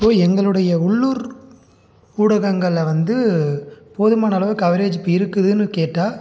இப்போது எங்களுடைய உள்ளூர் ஊடகங்களில் வந்து போதுமான அளவு கவரேஜ் இப்போ இருக்குதுன்னு கேட்டால்